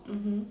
mmhmm